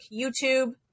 YouTube